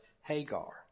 Hagar